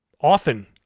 often